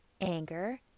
anger